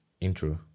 Intro